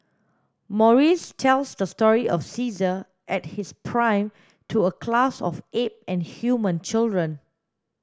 Maurice tells the story of Caesar at his prime to a class of ape and human children